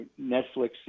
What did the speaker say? Netflix